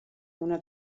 una